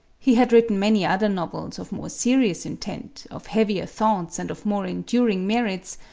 he had written many other novels of more serious intent, of heavier thoughts and of more enduring merits,